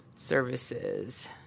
Services